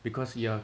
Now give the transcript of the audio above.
because you are